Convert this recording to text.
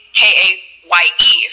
k-a-y-e